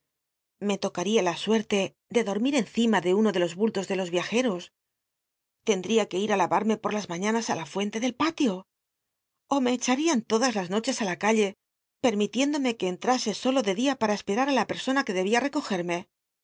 me tocaría la suette de do mil encima de uno de los bultos de los riajeros tendl'ia que il á laymme pol las maiíanas i ht fuente del patio o me echa rían todas las noches ü la calle petmitiéndome que ejütase solo de dia pata esperar á la petsona que debía recogerme